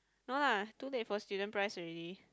no lah too late for student price already